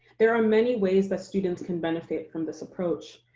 there are many ways that students can benefit from this approach.